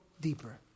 deeper